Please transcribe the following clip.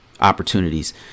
opportunities